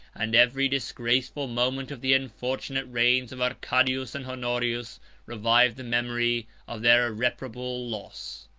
and every disgraceful moment of the unfortunate reigns of arcadius and honorius revived the memory of their irreparable loss.